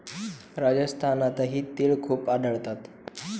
राजस्थानातही तिळ खूप आढळतात